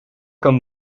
comme